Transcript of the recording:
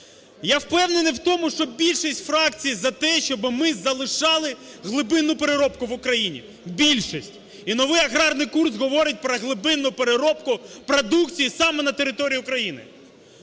Я впевнений в тому, що більшість фракцій за те, щоби ми залишали глибинну переробку в Україні. Більшість! І новий аграрний курс говорить про глибинну переробку продукції саме на території України.